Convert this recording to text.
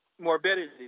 morbidity